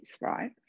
right